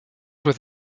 with